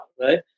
right